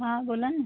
हा बोला ना